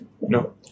No